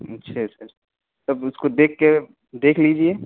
اچھا سر تب اس کو دیکھ کے دیکھ لیجیے